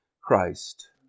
Christ